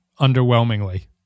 underwhelmingly